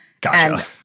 Gotcha